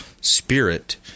spirit